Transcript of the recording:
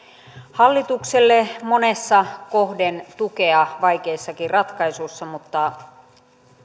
hallitukselle monessa kohdin tukea vaikeissakin ratkaisuissa mutta